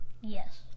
Yes